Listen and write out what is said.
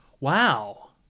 Wow